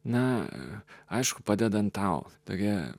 na aišku padedant tau tokia